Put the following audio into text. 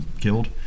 killed